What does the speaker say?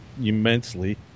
immensely